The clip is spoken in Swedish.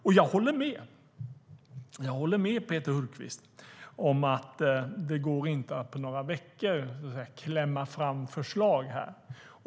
Och jag håller med Peter Hultqvist om att det inte går att på några veckor klämma fram förslag här.